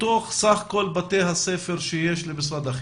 מתוך סך כל בתי הספר שיש למשרד החינוך,